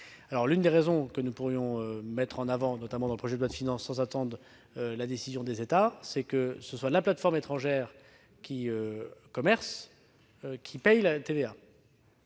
L'une des propositions que nous pourrions avancer, notamment dans le projet de loi de finances, sans attendre la décision des États, c'est qu'il revienne à la plateforme étrangère qui commerce de payer la TVA.